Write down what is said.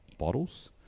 bottles